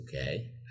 okay